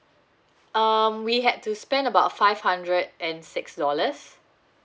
um we had to spend about five hundred and six dollars